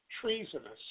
treasonous